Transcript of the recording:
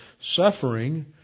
suffering